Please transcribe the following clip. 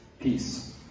peace